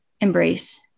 embrace